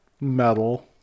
metal